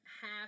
Half